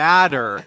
Matter